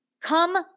come